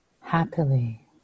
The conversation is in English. happily